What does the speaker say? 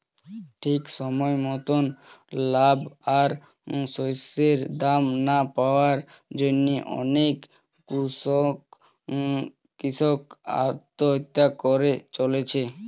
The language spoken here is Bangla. ঠিক সময় মতন লাভ আর শস্যের দাম না পাওয়ার জন্যে অনেক কূষক আত্মহত্যা করে চলেছে